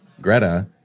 Greta